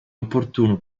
opportuno